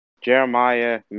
Jeremiah